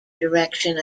direction